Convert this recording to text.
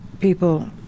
people